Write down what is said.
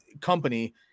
company